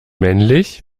männlich